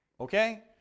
okay